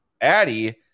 Addie